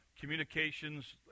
communications